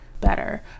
better